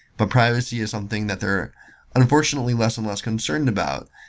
but privacy is something that they're unfortunately less and less concerned about.